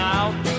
out